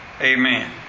Amen